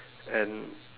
and